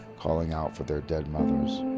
calling out for their dead mothers.